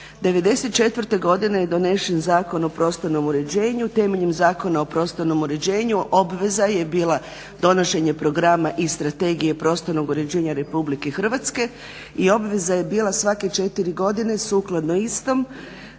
94. godine je donesen Zakon o prostornom uređenju, temeljem Zakona o prostornom uređenju obveza je bila donošenje programa i strategije prostornog uređenja RH i obveza je bila svake 4 godine sukladno istom